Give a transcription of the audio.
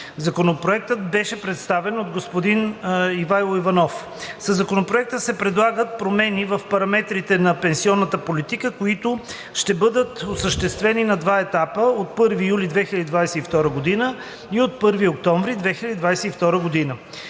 Законопроектът беше представен от господин Ивайло Иванов. Със Законопроекта се предлагат промени в параметрите на пенсионната политика, които ще бъдат осъществени на два етапа – от 1 юли 2022 г. и от 1 октомври 2022 г.